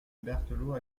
berthelot